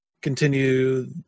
continue